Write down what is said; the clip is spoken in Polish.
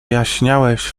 jaśniałeś